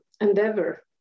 endeavor